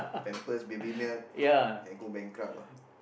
pampers baby milk can go bankrupt ah